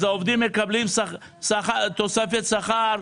אז העובדים מקבלים תוספת שכר,